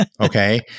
okay